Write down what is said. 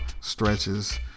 Stretches